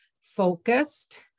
focused